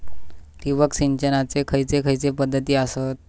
ठिबक सिंचनाचे खैयचे खैयचे पध्दती आसत?